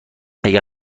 اگه